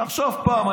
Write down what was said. תחשוב פעם,